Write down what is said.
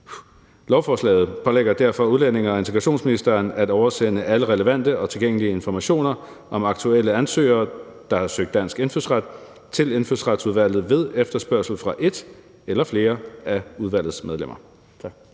Folketinget pålægger derfor udlændinge- og integrationsministeren at oversende alle relevante og tilgængelige informationer om aktuelle ansøgere, der har søgt dansk indfødsret, til Indfødsretsudvalget ved efterspørgsel fra et eller flere af udvalgets medlemmer.«